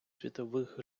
світових